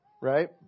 Right